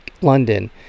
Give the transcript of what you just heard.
London